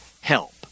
help